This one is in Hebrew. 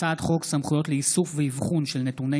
הצעת חוק סמכויות לאיסוף ואבחון של נתוני